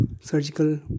surgical